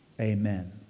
Amen